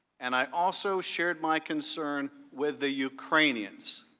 and, i also shared my concerns with the ukrainians.